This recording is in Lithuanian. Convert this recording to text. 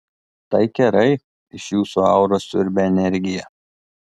tai kerai iš jūsų auros siurbia energiją